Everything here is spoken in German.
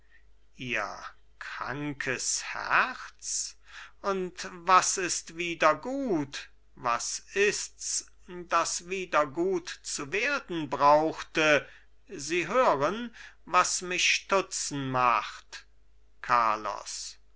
ihr krankes herz und was ist wieder gut was ists das wieder gut zu werden brauchte sie hören was mich stutzen macht carlos